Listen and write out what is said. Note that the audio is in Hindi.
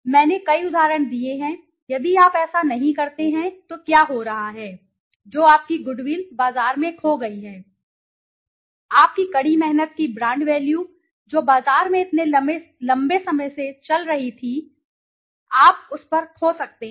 मैंने कई उदाहरण दिए हैं यदि आप ऐसा नहीं करते हैं तो क्या हो रहा है जो आपकी गुडविल बाजार में खो गई है आपकी कड़ी मेहनत की ब्रांड वैल्यू जो बाजार में इतने लंबे समय से चली आ रही थी कि आप उस पर खो सकते हैं